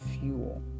fuel